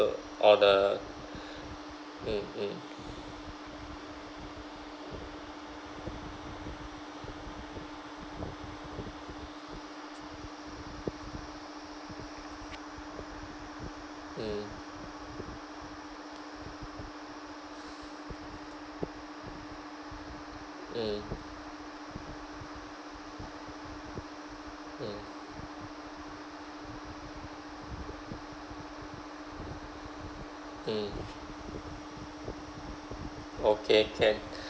or the mm mm mm mm mm mm okay can